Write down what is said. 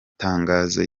tangazo